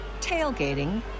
tailgating